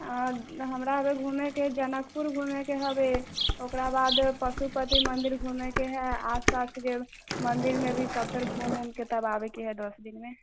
हमरा तऽ घूमयके जनकपुर घूमयके हबे ओकराबाद पशुपति मन्दिर घूमयके हए आसपास जे मन्दिरमे भी सभतरि घूमि ऊमके तब आबयके हए दस दिनमे